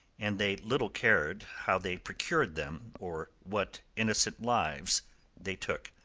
and they little cared how they procured them or what innocent lives they took.